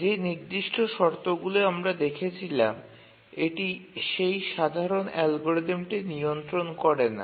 যে নির্দিষ্ট শর্তগুলি আমরা দেখেছিলাম এটি সেই সাধারণ অ্যালগরিদমটি নিয়ন্ত্রণ করে না